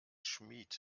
schmied